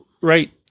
right